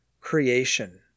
creation